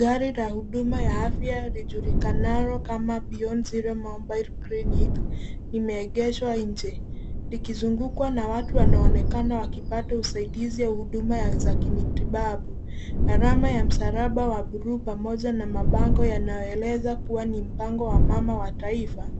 Gari la hudhuma ya afya lijulikanalo kama Beyond Zero Mobile Clinic limeegeshwa nje likizungukwa na watu wanaoonekana wakipata usaidizi au huduma za kimatibabu. Alama ya msalaba wa bluu pamoja na mabango yanayoeleza kuwa ni mpango wa mama wa taifa